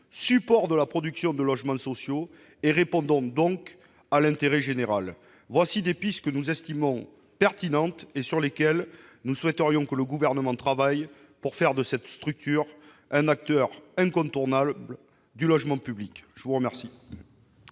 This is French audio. support de la production de logements sociaux et répondant donc à l'intérêt général. Voilà des pistes que nous estimons pertinentes et sur lesquelles nous souhaiterions que le Gouvernement travaille, pour faire de cette structure un acteur incontournable du logement public. L'amendement